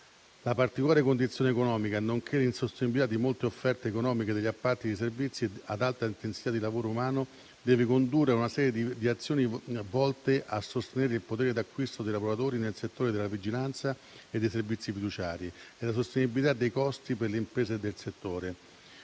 La particolare condizione economica nonché l'insostenibilità di molte offerte economiche degli appalti di servizi ad alta intensità di lavoro umano deve condurre una serie di azioni volte a sostenere il potere d'acquisto dei lavoratori nel settore della vigilanza e dei servizi fiduciari e la sostenibilità dei costi per le imprese del settore.